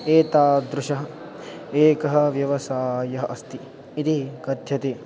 एतादृशः एकः व्यवसायः अस्ति इति कथ्यते